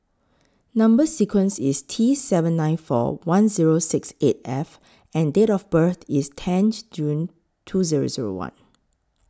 Number sequence IS T seven nine four one Zero six eight F and Date of birth IS tenth June two Zero Zero one